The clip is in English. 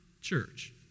church